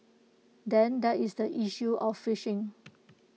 then there is the issue of fishing